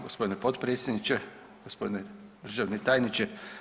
Gospodine potpredsjedniče, gospodine državni tajniče.